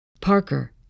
Parker